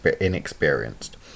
inexperienced